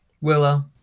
Willow